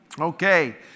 Okay